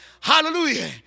Hallelujah